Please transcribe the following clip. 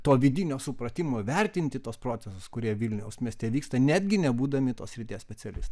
to vidinio supratimo vertinti tuos procesus kurie vilniaus mieste vyksta netgi nebūdami tos srities specialistai